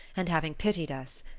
and having pitied us.